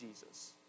Jesus